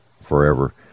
forever